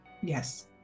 Yes